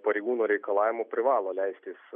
pareigūno reikalavimu privalo leistis